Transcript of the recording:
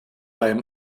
beim